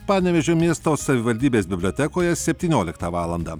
panevėžio miesto savivaldybės bibliotekoje septynioliktą valandą